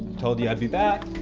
told you i'd be back.